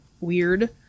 weird